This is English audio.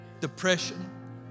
Depression